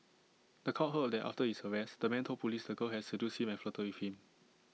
The Court heard that after his arrest the man told Police the girl had seduced him and flirted with him